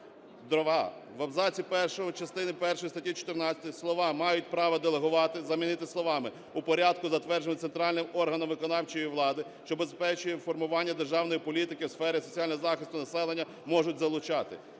Друге. В абзаці першому частини першої статті 14 слова "мають право делегувати" замінити словами "у порядку, затвердженому центральним органом виконавчої влади, що забезпечує формування державної політики у сферах соціального захисту населення, можуть залучати".